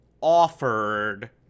offered